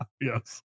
Yes